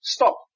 Stop